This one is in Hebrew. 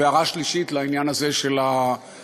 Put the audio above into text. הערה שלישית היא לעניין הזה של העמותות.